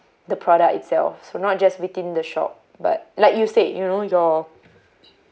the product itself so not just within the shop but like you said you know your